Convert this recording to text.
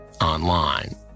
online